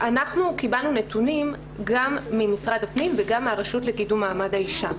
קיבלנו נתונים גם ממשרד הפנים וגם מן הרשות לקידום מעמד האישה.